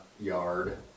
yard